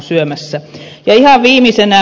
ja ihan viimeisenä